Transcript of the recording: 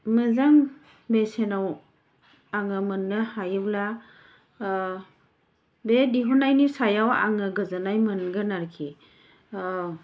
मोजां बेसेनाव आङो मोननो हायोब्ला बे दिहुननायनि सायाव आङो गोजोननाय मोनगोन आरोखि